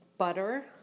Butter